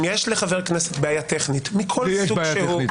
אם יש לחבר הכנסת בעיה טכנית מכל סוג שהוא -- יש לי בעיה טכנית.